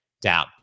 down